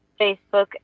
Facebook